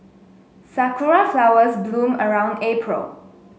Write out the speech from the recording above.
sakura flowers bloom around April